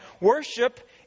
worship